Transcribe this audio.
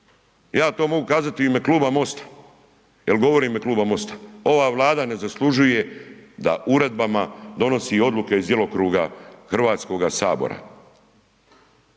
ja to mogu kazat i u ime Kluba MOST-a, jer govorim u ime MOST-a, ova Vlada ne zaslužuje da uredbama donosi odluke iz djelokruga Hrvatskoga sabora.